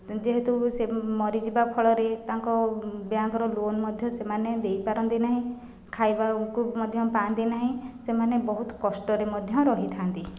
ଯେହେତୁ ସେ ମରିଯିବା ଫଳରେ ତାଙ୍କ ବ୍ୟାଙ୍କର ଲୋନ୍ ମଧ୍ୟ ସେମାନେ ଦେଇପାରନ୍ତି ନାହିଁ ଖାଇବାକୁ ମଧ୍ୟ ପାଆନ୍ତି ନାହିଁ ସେମାନେ ବହୁତ କଷ୍ଟରେ ମଧ୍ୟ ରହିଥାନ୍ତି